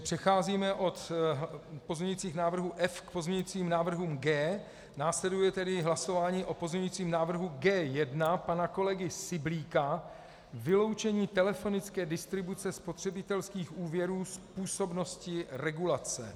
Přecházíme od pozměňujících návrhů F k pozměňujícím návrhům G. Následuje tedy hlasování o pozměňujícím návrhu G1 pana kolegy Syblíka, vyloučení telefonické distribuce spotřebitelských úvěrů z působnosti regulace.